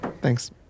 Thanks